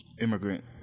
immigrant